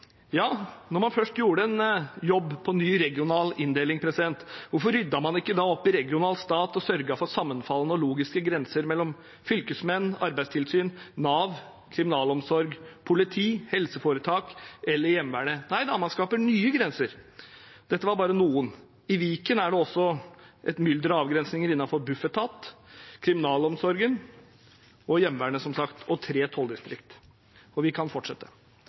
Når man først gjorde en jobb med ny regional inndeling, hvorfor ryddet man ikke da opp i regional stat og sørget for sammenfallende og logiske grenser mellom fylkesmenn, arbeidstilsyn, Nav, kriminalomsorg, politi, helseforetak eller hjemmevernet? Nei da, man skaper nye grenser. Dette var bare noen. I Viken er det også et mylder av avgrensninger innenfor Bufetat, kriminalomsorgen, hjemmevernet, som sagt, og tre tolldistrikter – og vi kan fortsette.